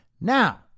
Now